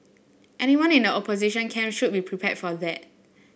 anyone in the opposition camp should be prepared for that